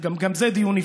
גם זה דיון נפרד.